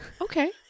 okay